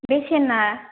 बे सेनआ